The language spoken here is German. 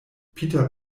peter